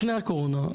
לפני הקורונה,